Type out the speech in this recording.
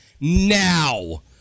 now